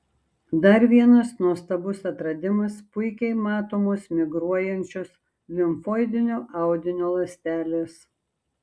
dar vienas nuostabus atradimas puikiai matomos migruojančios limfoidinio audinio ląstelės